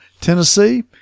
Tennessee